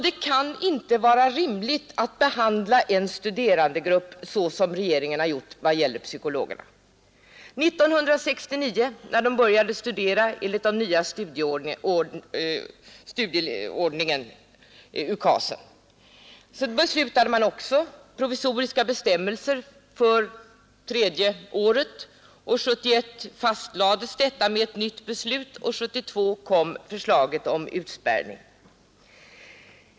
Det kan inte vara rimligt att behandla en studerandegrupp så som regeringen gjort i vad gäller psykologerna. 1969, när de började studera enligt den nya studieordningen, UKAS, beslutade man också provisoriska bestämmelser för tredje året, och 1971 fastlades detta med ett nytt beslut, och 1972 kom förslaget om utspärrning.